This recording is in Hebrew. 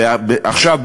ועכשיו,